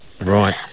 Right